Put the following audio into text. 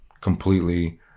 completely